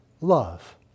love